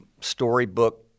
storybook